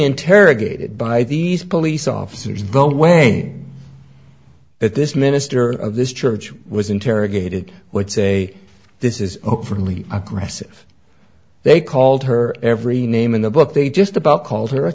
interrogated by these police officers go away that this minister of this church was interrogated would say this is overly aggressive they called her every name in the book they just about call